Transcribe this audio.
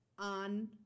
On